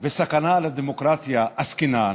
וסכנה לדמוקרטיה עסקינן,